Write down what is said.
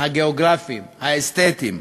הגיאוגרפיים והאסתטיים.